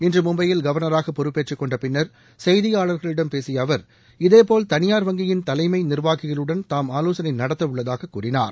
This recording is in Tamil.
இன்று மும்பையில் கவர்னராக பொறுப்பேற்றுக்கொண்ட பின்னர் செய்தியாளர்களிடம் பேசிய அவர் இதேபோல் தனியார் வங்கியின் தலைமை நிர்வாகிகளுடன் தாம் ஆவோசனை நடத்தவுள்ளதாக கூறினார்